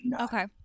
Okay